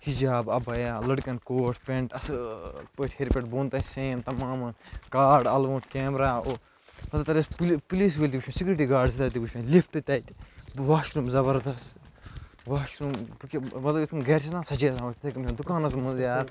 حجاب عبَایا لٔڑکَن کوٹھ پیٚنٛٹ اصٕل پٲٹھۍ ہیٚرِ پٮ۪ٹھ بۄن تانۍ سیم تَمام کارڈ اَلوُنٛد کیمرا اوٚہ تتہِ ٲسۍ پولیٖس وٲلۍ تہِ وُچھ سِکیٛورٹی گارڈ زٕ ترٛےٚ تہِ وُچھ مےٚ لِفٹہٕ تَتہِ واشروٗم زَبردَست واشروٗم بہِ کیٛاہ مطلب یِتھ کٔنۍ گھرِ چھِ نا سَجٲیِتھ تھاوان تِتھٔے کٔنۍ دُکانَس منٛز یارٕ